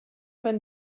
wenn